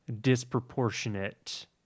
disproportionate